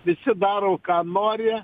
visi daro ką nori